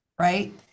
right